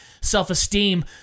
self-esteem